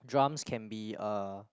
drums can be a